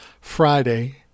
Friday